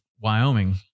Wyoming